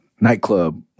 nightclub